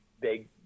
big